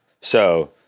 So-